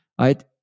right